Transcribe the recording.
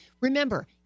Remember